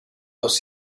dos